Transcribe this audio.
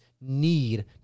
need